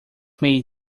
may